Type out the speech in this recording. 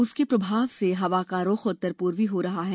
उसके प्रभाव से हवा का रुख उत्तर पूर्वी हो रहा है